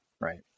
Right